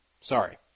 Sorry